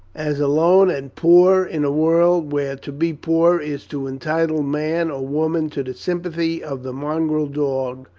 as alone and poor in a world where to be poor is to entitle man or woman to the sympathy of the mongrel dog,